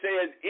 says